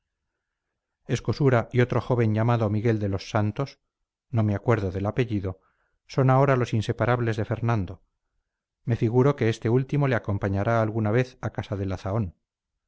escosura y otro joven llamado miguel de los santos no me acuerdo del apellido son ahora los inseparables de fernando me figuro que este último le acompañará alguna vez a casa de